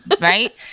right